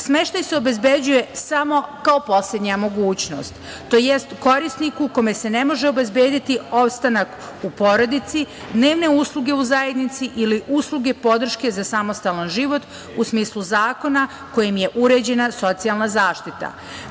se obezbeđuje samo kao poslednja mogućnost, tj. korisniku kome se ne može obezbediti ostanak u porodici, dnevne usluge u zajednici ili usluge podrške za samostalan život u smislu zakona kojim je uređena socijalna zaštita. Prilikom